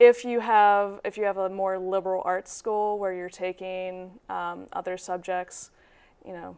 if you have if you have a more liberal arts school where you're taking other subjects you know